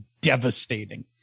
devastating